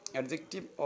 adjective